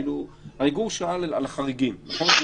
הרי גור שאל על החריגים, נכון?